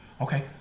Okay